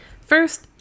First